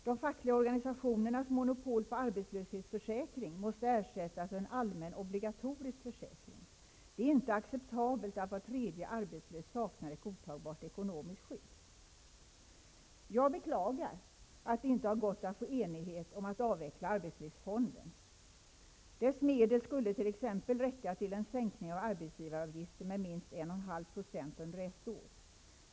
De fackliga organisationernas monopol på arbetslöshetsförsäkring måste ersättas av en allmän obligatorisk försäkring. Det är inte acceptabelt att var tredje arbetslös saknar ett godtagbart ekonomiskt skydd. Jag beklagar att det inte har varit möjligt att uppnå enighet om att avveckla arbetslivsfonden. Dess medel skulle exempelvis räcka till en sänkning av arbetsgivaravgiften med minst 1,5 % under ett år.